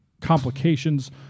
complications